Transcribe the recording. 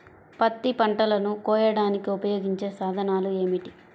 పత్తి పంటలను కోయడానికి ఉపయోగించే సాధనాలు ఏమిటీ?